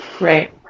Right